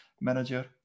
manager